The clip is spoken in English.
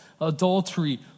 adultery